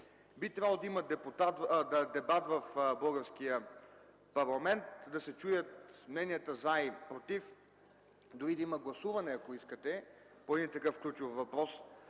Би трябвало да има дебат в българския парламент, да се чуят мненията „за” и „против”, дори да има гласуване, ако искате, по такъв ключов въпрос,